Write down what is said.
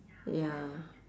ya